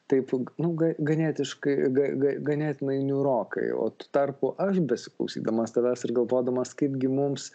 taip nu ga ganėtiškai ga ga ganėtinai niūrokai o tu tarpu aš besiklausydamas tavęs ir galvodamas kaipgi mums